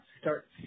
start